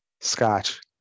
scotch